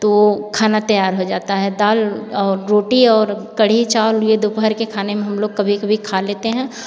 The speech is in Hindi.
तो खाना तैयार हो जाता है दाल और रोटी और कढ़ी चावल ये दोपहर के खाने में हम लोग कभी कभी खा लेते हैं